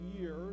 years